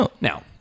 Now